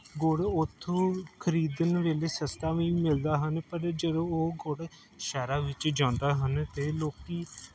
ਗੁੜ ਉੱਥੋਂ ਖਰੀਦਣ ਵੇਲੇ ਸਸਤਾ ਵੀ ਮਿਲਦਾ ਹਨ ਪਰ ਜਦੋਂ ਉਹ ਗੁੜ ਸ਼ਹਿਰਾਂ ਵਿੱਚ ਜਾਂਦਾ ਹਨ ਤਾਂ ਲੋਕ